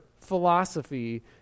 philosophy